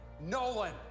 Nolan